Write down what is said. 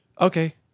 Okay